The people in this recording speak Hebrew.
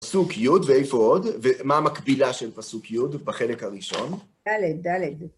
פסוק י' ואיפה עוד, ומה המקבילה של פסוק י' בחלק הראשון? ד' ד'.